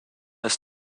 ist